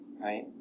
right